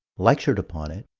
lectured upon it,